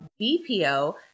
BPO